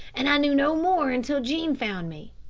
and i knew no more until jean found me.